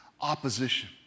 opposition